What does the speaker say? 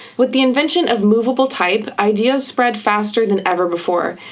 with the invention of moveable type, ideas spread faster than ever before,